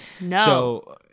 No